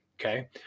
okay